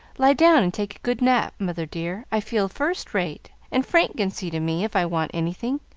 lie down and take a good nap, mother dear, i feel first-rate, and frank can see to me if i want anything.